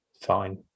fine